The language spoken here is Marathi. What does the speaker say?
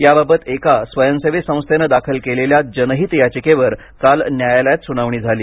याबाबत एका स्वयंसेवी संस्थेनं दाखल केलेल्या जनहित याचिकेवर काल न्यायालयात सुनावणी झाली